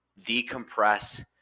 decompress